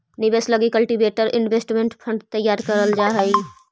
निवेश लगी collective investment fund तैयार करल जा हई